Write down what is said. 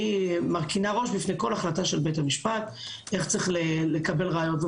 אני מרכינה ראש בפני כל החלטה של בית המשפט איך צריך לקבל ראיות.